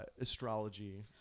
astrology